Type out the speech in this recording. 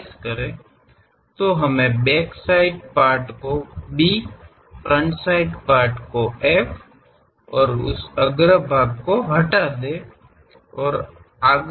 ಆದ್ದರಿಂದ ನಾವು ಹಿಂದಿನ ಭಾಗವನ್ನು ಬಿ ಮುಂಭಾಗದ ಭಾಗವನ್ನು ಎಫ್ ಎಂದು ಕರೆಯೋಣ ಈ ಮುಂಭಾಗದ ಭಾಗವನ್ನು ತೆಗೆದುಹಾಕಿ